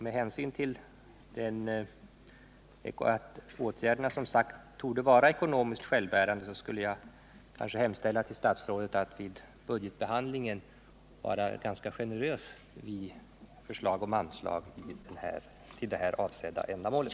Med hänsyn till att åtgärderna som sagt torde vara ekonomiskt självbärande skulle jag vilja hemställa till statsrådet att vid budgetbehandlingen vara ganska generös med förslag om anslag till det här ändamålet.